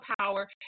power